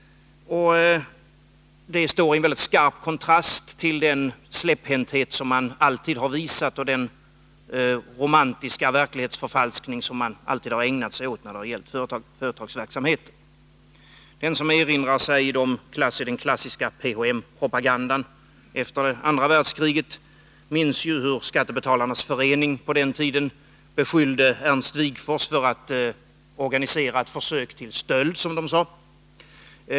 Det står i väldigt skarp kontrast till den släpphänthet som man alltid har visat och den romantiska verklighetsförfalskning som man alltid har ägnat sig åt när det gäller företagsverksamheten. Den som erinrar sig den klassiska PHM-propagandan efter andra världskriget minns hur Skattebetalarnas förening på den tiden beskyllde Ernst Wigforss för att organisera ett försök till stöld, som man sade.